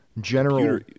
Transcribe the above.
general